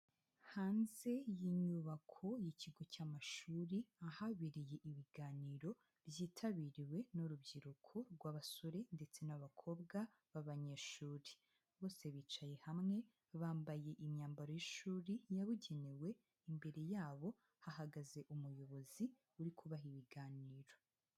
Hanze y'inyubako y'ikigo cy'amashuri, ahabereye ibiganiro byitabiriwe n'urubyiruko rw'abasore ndetse n'abakobwa b'abanyeshuri, bose bicaye hamwe, bambaye imyambaro y'ishuri yabugenewe, imbere yabo hahagaze umuyobozi uri kubaha ibiganiro.